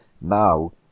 Now